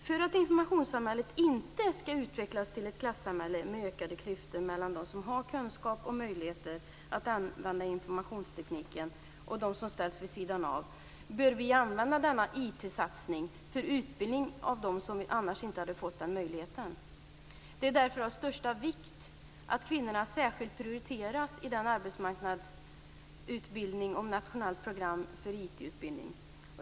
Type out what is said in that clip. För att informationssamhället inte skall utvecklas till ett klassamhälle, med ökade klyftor mellan dem som har kunskap och möjligheter att använda informationstekniken och dem som ställs vid sidan av, bör vi använda denna IT-satsning för utbildning av dem som annars inte hade fått den möjligheten. Det är därför av största vikt att kvinnorna särskilt prioriteras i arbetsmarknadssatsningen på ett nationellt program för IT-utbildning.